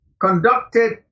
conducted